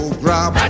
grab